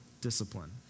discipline